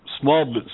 small